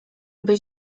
byś